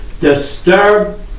disturb